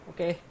Okay